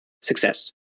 success